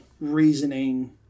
reasoning